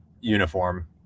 uniform